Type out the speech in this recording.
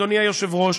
אדוני היושב-ראש,